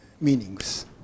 meanings